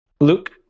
Luke